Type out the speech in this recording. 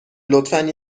لطفا